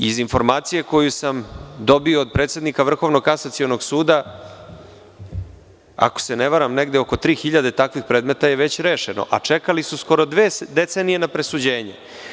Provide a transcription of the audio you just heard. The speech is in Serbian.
Iz informacije koju sam dobio od predsednika Vrhovnog kasacionog suda, ako se ne varam, negde oko 3.000 takvih predmeta je već rešeno, a čekali su skoro dve decenije na presuđenje.